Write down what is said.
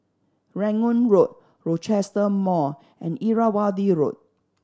Rangoon Road Rochester Mall and Irrawaddy Road